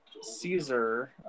Caesar